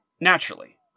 Naturally